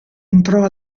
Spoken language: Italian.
entrò